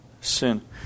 sin